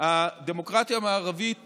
הדמוקרטיה המערבית